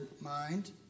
mind